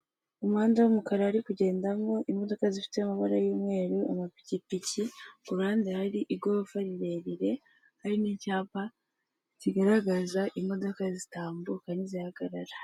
Umuhanda w'umukara uri kugendamo imodoka z'ifite amabara y'umweru, amapikipiki kuhande hari igorofa rirerire ,hari n'icyapa kigaragaza imodoka zitambuka n'izihagarara.